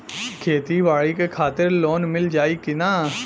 खेती बाडी के खातिर लोन मिल जाई किना?